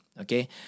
Okay